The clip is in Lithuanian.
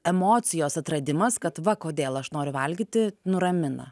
emocijos atradimas kad va kodėl aš noriu valgyti nuramina